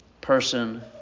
person